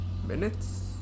Minutes